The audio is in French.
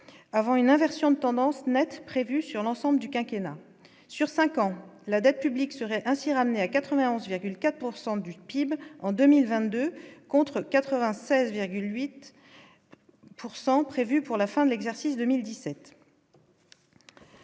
avant une inversion de tendance nette prévue sur l'ensemble du quinquennat sur 5 ans, la dette publique serait ainsi ramené à 91,4 pourcent du PIB en 2020, 2 contre 96,8 pourcent prévu pour la fin de l'exercice 2017.